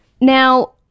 Now